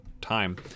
time